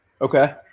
Okay